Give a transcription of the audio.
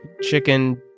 chicken